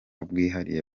bwihariye